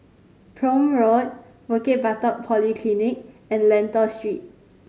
Prome Road Bukit Batok Polyclinic and Lentor Street